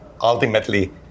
ultimately